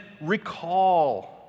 recall